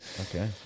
Okay